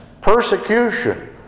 persecution